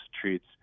treats